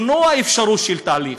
למנוע אפשרות של תהליך.